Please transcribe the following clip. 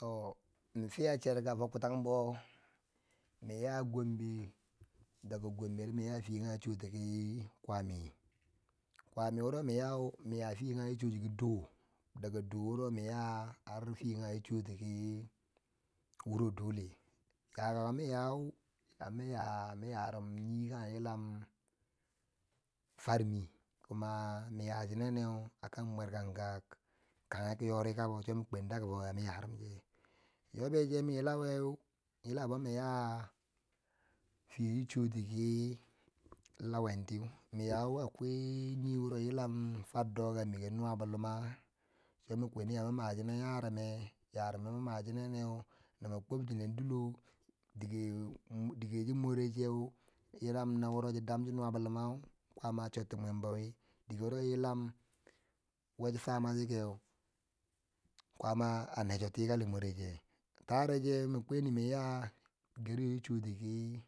To min fiya cherka fo kutanbo min ya gombe daga gombe mi ya fiye kange chuwuti ki kwami, kwami wuro miyau min ya fiye kange chwuti ki doho, da doho wuro min ya fiye kange chi chwuti kiwuro dole, ya kako mi yau, yamu ya min yarum nye kange yilama farmin kuma miya chineneu a kona mwekanka kanger yori kabo cho mi kwen daga fo ya mi yarumche, yobbe cheu wi yilawe mi yila bo mi ya Fiye chi chwuti ki lawanti, miyau akwai nyekange yiram Far doka mikeu, nuwa bolu ma, cho mi kweni yama machenen yarum che yarume ma yarum che na new nibo kwab china dilo dikeu, dikeu chi morecheu, yila m na wuro cho dan cho nuwabo Lumau kwaama a chorti mwembo wi, di ke wuro chiyilan chi famati chekeu kwaamaa necho tikali moreche ta'arecheu min kweni min ya gari yochi chwotiki